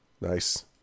Nice